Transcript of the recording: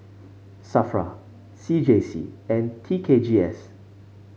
Safra C J C and T K G S